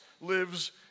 lives